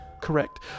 Correct